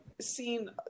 seen